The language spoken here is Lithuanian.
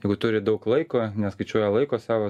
jeigu turi daug laiko neskaičiuoja laiko savo